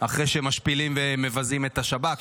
אחרי שממשפילים ומבזים את השב"כ,